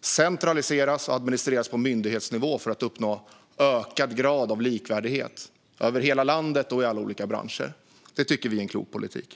centraliseras och administreras på myndighetsnivå för att uppnå en ökad grad av likvärdighet över hela landet och i alla olika branscher. Det tycker vi är en klok politik.